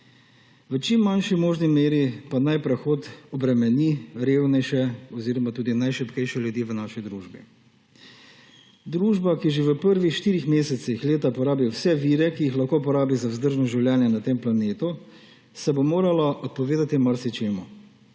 V čim manjši možni meri pa naj prehod obremeni revnejše oziroma najšibkejše ljudi v naši družbi. Družba, ki že v prvih štirih mesecih leta porabi vse vire, ki jih lahko uporabi za vzdržno življenje na tem planetu, se bo morala odpovedati marsičemu.